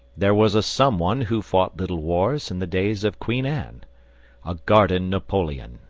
there was a someone who fought little wars in the days of queen anne a garden napoleon.